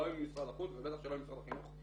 משרד החוץ ובטח שלא עם משרד החינוך,